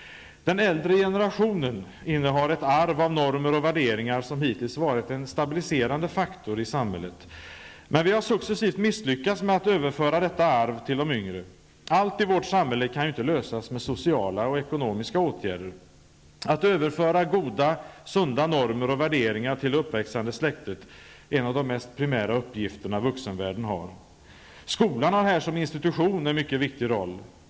Den äldre generationen innehar för det tredje ett arv av normer och värderingar som hittills varit en stabiliserande faktor i samhället. Men vi har successivt misslyckats med att överföra detta arv till de yngre. Allt i vårt samhälle kan inte lösas med sociala och ekonomiska åtgärder. Att överföra goda, sunda normer och värderingar till det uppväxande släktet är en av de mest primära uppgifterna vuxenvärlden har. Skolan har här som institution en mycket viktig roll.